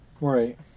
Right